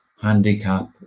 handicap